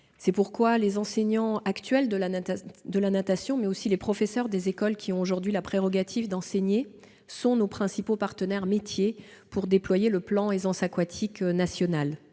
C'est pourquoi les enseignants de natation, mais aussi les professeurs des écoles, qui ont aujourd'hui la prérogative d'enseigner, sont nos principaux partenaires métier pour déployer le plan Aisance aquatique national